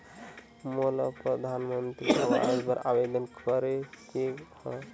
मोला परधानमंतरी आवास बर आवेदन करे के हा?